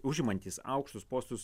užimantys aukštus postus